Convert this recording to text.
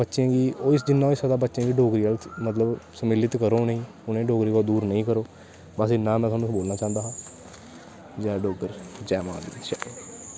बच्चें गी जिन्ना होई सकदा बच्चे गी डोगरी अल मतलव समिलित करो उनें गी डोगरी शा दूर नेंई करो बस इन्ना गै में तोआनू सनाना चांह्दा हा जै डुग्गर जै मां डोगरी